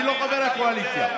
אני לא יושב-ראש הקואליציה.